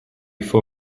for